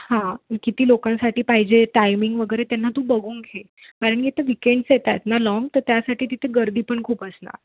हां किती लोकांसाठी पाहिजे टायमिंग वगैरे त्यांना तू बघून घे कारण की तर विकेंड्स येत ना लॉन्ग तं त्यासाठी तिथे गर्दी पण खूप असणार